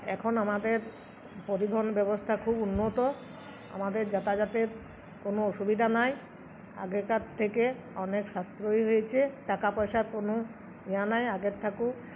এখন আমাদের পরিবহন ব্যবস্থা খুব উন্নত আমাদের যাতাযাতের কোনো অসুবিধা নাই আগেকার থেকে অনেক সাশ্রয়ী হয়েছে টাকা পয়সার কোনো নেয়া নেয় আগের থেকে